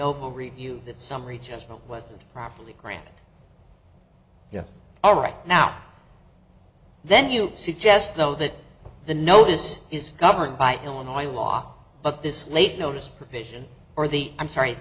for review that summary judgment wasn't properly granted you know all right now then you suggest though that the notice is governed by illinois law but this late notice provision or the i'm sorry